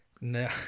No